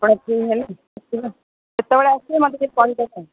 ଆପଣ ଫ୍ରି ହେଲେ ଆସିବେ କେତେବେଳେ ଆସିବେ ମୋତେ ଟିକେ କହିଦେବେ